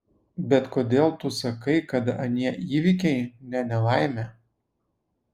bet kodėl tu sakai kad anie įvykiai ne nelaimė